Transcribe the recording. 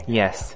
yes